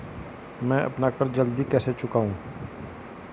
मैं अपना कर्ज जल्दी कैसे चुकाऊं?